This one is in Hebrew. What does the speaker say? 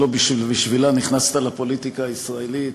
שלא בשבילה נכנסת לפוליטיקה הישראלית